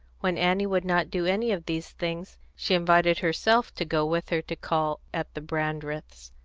when annie would not do any of these things, she invited herself to go with her to call at the brandreths'.